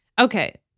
Okay